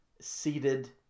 seated